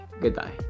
goodbye